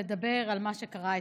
לדבר על מה שקרה אתמול,